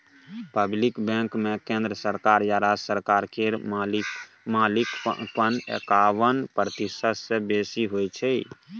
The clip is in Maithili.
पब्लिक बैंकमे केंद्र सरकार या राज्य सरकार केर मालिकपन एकाबन प्रतिशत सँ बेसी होइ छै